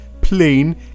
plain